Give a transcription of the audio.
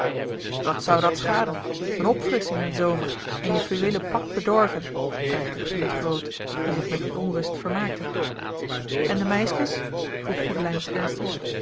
wat zou dat schaden eene opfrissching in den zomer en je fluweelen pak bedorven dreigde guurt groot die zich met die onrust vermaakte en de meiskes vroeg goedelijns ernstig